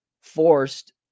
forced